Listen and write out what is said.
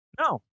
No